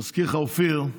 אני מזכיר לך, אופיר,